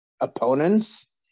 opponents